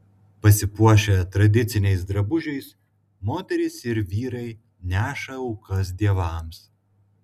pasipuošę tradiciniais drabužiais moterys ir vyrai neša aukas dievams